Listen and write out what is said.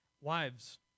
Wives